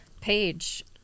page